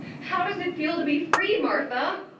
how does it feel to be free, martha?